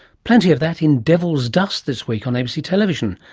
plenty of that in devil's dust this week on abc television,